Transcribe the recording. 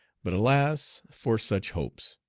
but alas! for such hopes!